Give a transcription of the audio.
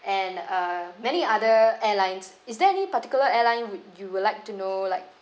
and uh many other airlines is there any particular airline would you would like to know like